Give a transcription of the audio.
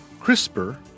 CRISPR